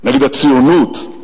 נגד הציונות.